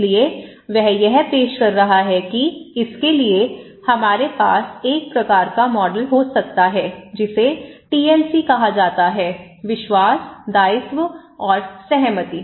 इसलिए वह यह पेश कर रहा है कि इसके लिए हमारे पास एक प्रकार का मॉडल हो सकता है जिसे टीएलसी कहा जाता है विश्वास दायित्व और सहमति